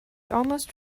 almost